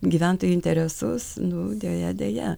gyventojų interesus nu deja deja